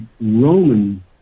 Roman